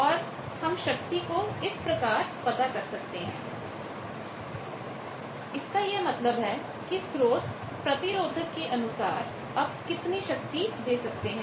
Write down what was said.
और हम शक्ति को इस प्रकार पता कर सकते हैं इसका यह मतलब है कि स्रोतप्रतिरोधक केअनुसार अब कितनी शक्ति दे सकते हैं